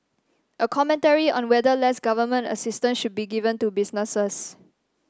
a commentary on the whether less government assistance should be given to businesses